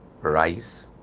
rice